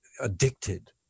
addicted